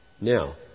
Now